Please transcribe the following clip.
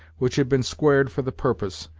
which had been squared for the purpose,